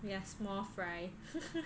ya small fry